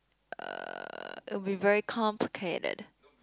uh it'll be very complicated